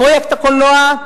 פרויקט הקולנוע?